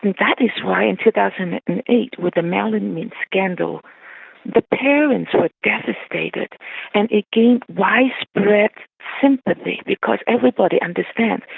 and that is why in two thousand and eight with the melamine scandal the parents so were devastated and it gained widespread sympathy because everybody understands.